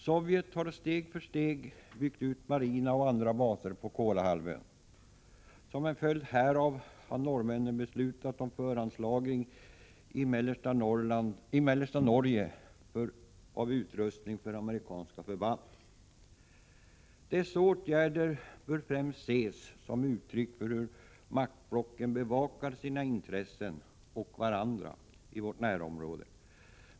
Sovjet har steg för steg byggt ut marina och andra baser på Kolahalvön. Som en följd härav har norrmännen beslutat Dessa åtgärder bör främst ses som uttryck för hur maktblocken bevakar sina intressen och varandra i vårt närområde.